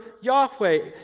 Yahweh